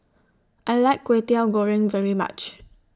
I like Kwetiau Goreng very much